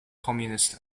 communist